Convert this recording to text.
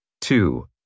Two